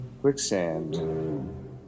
Quicksand